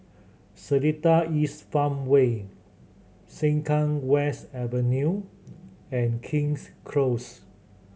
Seletar East Farmway Sengkang West Avenue and King's Close